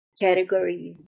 categories